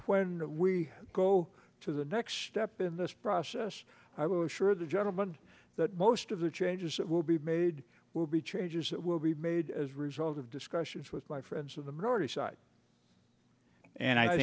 when we go to the next step in this process i was sure the gentleman that most of the changes that will be made will be changes that will be made as a result of discussions with my friends of the